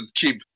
keep